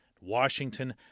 Washington